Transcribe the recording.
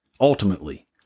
ultimately